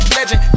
Legend